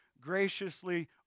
graciously